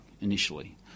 initially